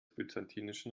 byzantinischen